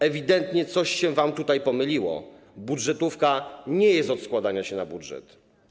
Ewidentnie coś się wam pomyliło - budżetówka nie jest od składania się na budżet.